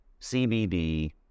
CBD